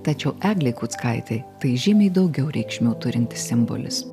tačiau eglei kuckaitei tai žymiai daugiau reikšmių turintis simbolis